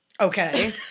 Okay